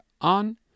on